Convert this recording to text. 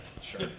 Sure